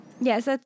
Yes